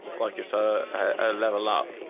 like it's a level up